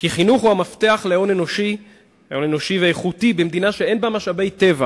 כי החינוך הוא מפתח להון אנושי ואיכותי במדינה שאין בה משאבי טבע